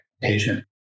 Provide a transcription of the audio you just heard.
patient